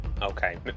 Okay